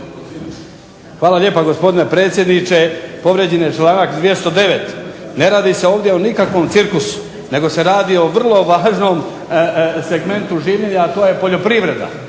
Hvala lijepa gospodine predsjedniče. Povrijeđen je članak 209. Ne radi se ovdje o nikakvom cirkusu, nego se radi o vrlo važnom segmentu življenja a to je poljoprivreda.